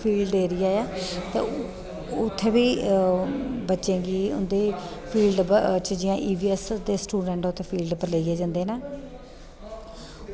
field area ऐ ते उत्थें बी बच्चें गी उं'दी फील्ड च जियां ई वी एस दे स्टूडेंट उत्थें फील्ड च लेइयै जंदे न